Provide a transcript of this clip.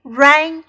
rain